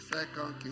Second